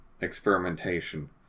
experimentation